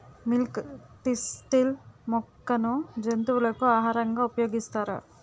Milk thistle మొక్కను జంతువులకు ఆహారంగా ఉపయోగిస్తారా?